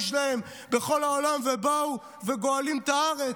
שלהם בכל העולם ובאו וגואלים את הארץ,